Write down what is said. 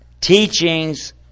teachings